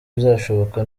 bizashoboka